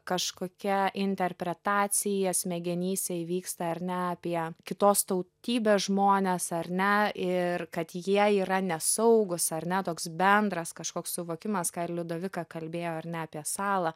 kažkokia interpretacija smegenyse įvyksta ar ne apie kitos tautybės žmones ar ne ir kad jie yra nesaugūs ar ne toks bendras kažkoks suvokimas ką ir liudovika kalbėjo ar ne apie salą